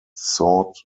sought